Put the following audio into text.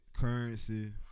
currency